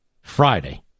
Friday